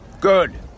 Good